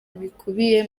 bikubiye